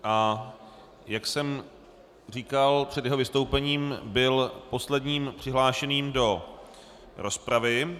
A jak jsem říkal před jeho vystoupením, byl posledním přihlášeným do rozpravy.